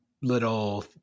little